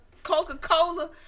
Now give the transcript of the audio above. coca-cola